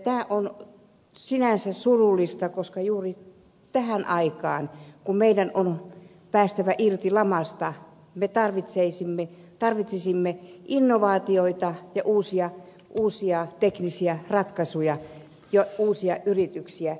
tämä on sinänsä surullista koska juuri tähän aikaan kun meidän on päästävä irti lamasta me tarvitsisimme innovaatioita ja uusia teknisiä ratkaisuja ja uusia yrityksiä